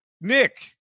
Nick